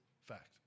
fact